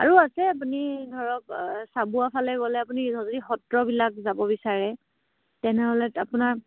আৰু আছে আপুনি ধৰক চাবুৱাফালে গ'লে আপুনি যদি সত্ৰবিলাক যাব বিচাৰে তেনেহ'লে আপোনাৰ